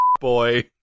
boy